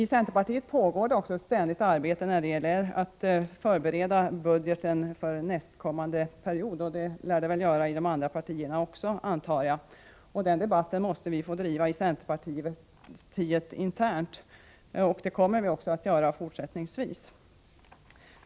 I centerpartiet pågår också ett ständigt arbete på att förbereda förslag beträffande budgeten för nästkommande budgetår, och det antar jag är fallet också inom de andra partierna. Debatten i dessa avseenden måste vi få bedriva internt inom centerpartiet, och det kommer vi att göra också fortsättningsvis.